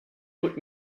put